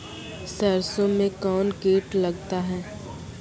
सरसों मे कौन कीट लगता हैं?